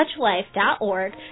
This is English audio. touchlife.org